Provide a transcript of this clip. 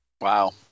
wow